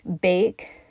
Bake